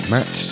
Matt